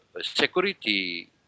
security